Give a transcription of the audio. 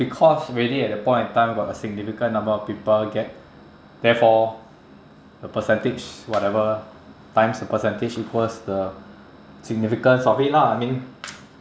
because already at that in point got a significant number of people get therefore the percentage whatever times the percentage equals the significance of it lah I mean